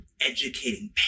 educating